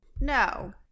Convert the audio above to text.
No